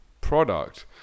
product